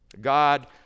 God